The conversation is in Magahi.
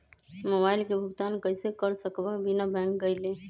मोबाईल के भुगतान कईसे कर सकब बिना बैंक गईले?